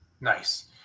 Nice